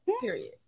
Period